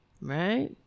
Right